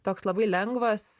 toks labai lengvas